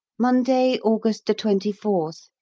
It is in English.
monday, august twenty fourth.